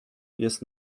jest